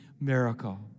Miracle